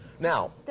Now